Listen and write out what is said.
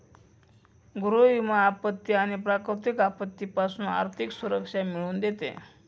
गृह विमा आपत्ती आणि प्राकृतिक आपत्तीपासून आर्थिक सुरक्षा मिळवून देते